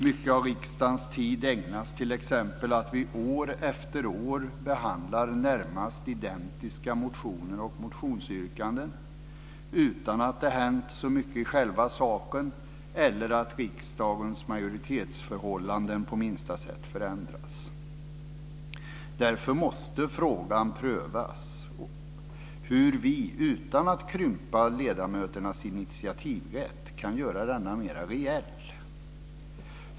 Mycket av riksdagens tid ägnas t.ex. till att år efter år behandla närmast identiska motioner och motionsyrkanden utan att det hänt så mycket i själva saken eller att riksdagens majoritetsförhållanden på minsta sätt förändrats. Därför måste frågan prövas hur vi utan att krympa ledamöternas initiativrätt kan göra denna mer reell.